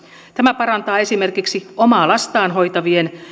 tämä parantaa esimerkiksi omaa lastaan hoitavien